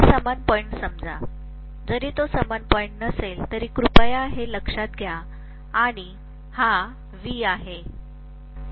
हा सामान पॉईंट समाजा जरी तो सामान पॉईंट नसेल तरी कृपया हे लक्षात घ्या आणि हा V आहे